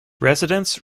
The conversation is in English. residents